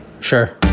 sure